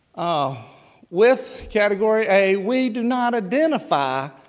ah with category a, we do not identify,